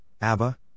Abba